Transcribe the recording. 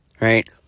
right